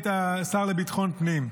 היית שר לביטחון פנים,